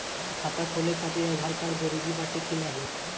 खाता खोले काहतिर आधार कार्ड जरूरी बाटे कि नाहीं?